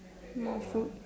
more food